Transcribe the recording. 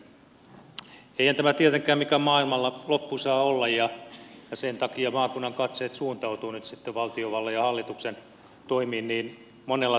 eihän tämä tietenkään mikään maailmanloppu saa olla ja sen takia maakunnan katseet suuntautuvat nyt sitten valtiovallan ja hallituksen toimiin monella tavalla